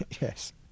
yes